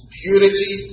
purity